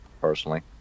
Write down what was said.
personally